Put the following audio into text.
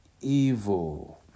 evil